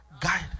Guide